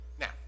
Now